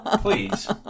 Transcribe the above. Please